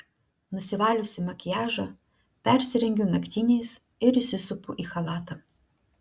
nusivaliusi makiažą persirengiu naktiniais ir įsisupu į chalatą